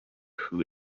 who